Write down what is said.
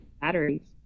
batteries